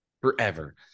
Forever